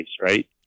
right